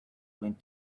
went